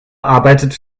arbeitet